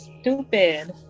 stupid